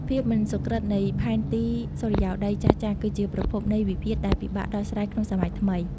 ភាពមិនសុក្រឹតនៃផែនទីសុរិយោដីចាស់ៗ គឺជាប្រភពនៃវិវាទដែលពិបាកដោះស្រាយក្នុងសម័យថ្មី។